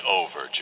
over